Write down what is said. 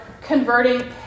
converting